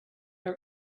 our